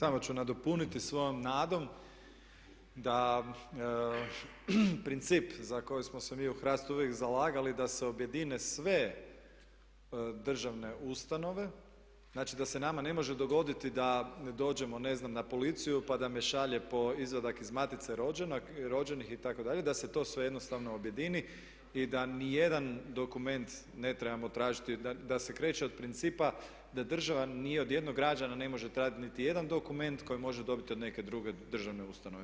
Samo ću nadopuniti svojom nadom da princip za koji smo se mi u HRAST-u uvijek zalagali da se objedine sve državne ustanove, znači da se nama ne može dogoditi da dođemo ne znam na policiju pa da me šalje po izvadak iz matice rođenih, da se to sve jednostavno objedini i da niti jedan dokument ne trebamo tražiti, da se kreće od principa da država ni od jednog građana ne može tražiti niti jedan dokument koji može dobiti od neke druge državne ustanove.